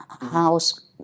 house